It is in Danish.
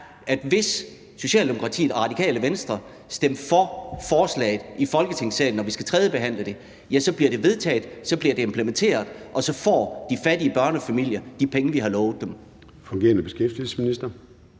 at hvis Socialdemokratiet og Radikale Venstre stemmer for forslaget i Folketingssalen, når vi skal tredjebehandle det, så bliver det vedtaget, og så bliver det implementeret, og så får de fattige børnefamilier de penge, vi har lovet dem. Kl. 13:35 Formanden